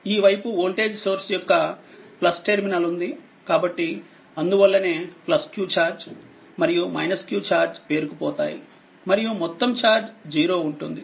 ఈ వైపు voltage source యొక్క టెర్మినల్ ఉందికాబట్టి అందువల్లనే q ఛార్జ్ మరియు q ఛార్జ్ పేరుకుపోతాయి మరియు మొత్తం చార్జ్ 0 ఉంటుంది